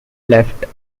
left